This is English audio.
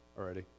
already